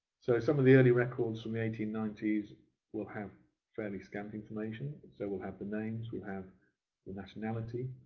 so some of the early records from the eighteen ninety s will have fairly scant. and so we'll have the names, we'll have the nationality,